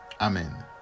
Amen